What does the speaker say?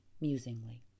musingly